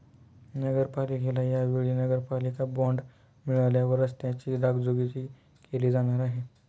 नगरपालिकेला या वेळी नगरपालिका बॉंड मिळाल्यावर रस्त्यांची डागडुजी केली जाणार आहे